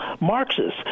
Marxists